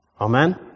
Amen